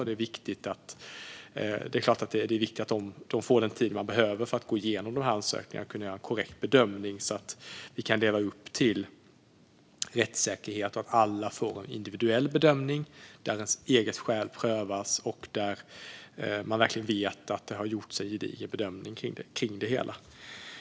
Det är klart att det är viktigt att myndigheten får den tid som behövs för att gå igenom ansökningarna och göra korrekta bedömningar, så att vi kan leva upp till kraven på rättssäkerhet. Alla ska få en individuell bedömning där ens eget skäl prövas, så att man verkligen vet att det har gjorts en gedigen bedömning av det hela.